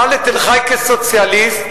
עלה לתל-חי כסוציאליסט,